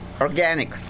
Organic